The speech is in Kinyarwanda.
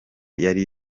yari